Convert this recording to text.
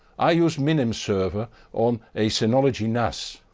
i used minimserver on a synology nas.